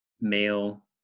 male